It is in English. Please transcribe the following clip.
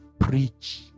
preach